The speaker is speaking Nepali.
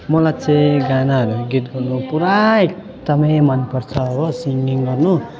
मलाई चाहिँ गानाहरू गीत गाउनु पुरा एकदमै मनपर्छ हो सिङगिङ गर्नु